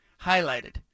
highlighted